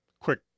quick